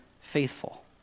faithful